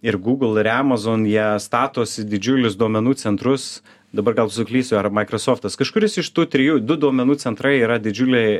ir google ir amazon jie statosi didžiulius duomenų centrus dabar gal suklysiu ar maikrosoftas kažkuris iš tų trijų du duomenų centrai yra didžiuliai